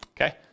Okay